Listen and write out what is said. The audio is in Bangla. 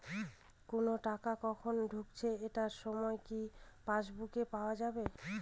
কোনো টাকা কখন ঢুকেছে এটার সময় কি পাসবুকে পাওয়া যাবে?